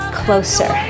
closer